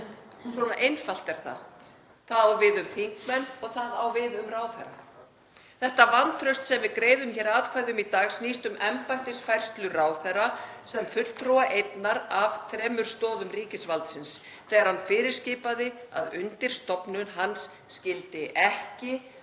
Svo einfalt er það. Það á við um þingmenn og það á við um ráðherra. Þetta vantraust sem við greiðum atkvæði um í dag snýst um embættisfærslu ráðherra sem fulltrúa einnar af þremur stoðum ríkisvaldsins þegar hann fyrirskipaði að undirstofnun hans skyldi ekki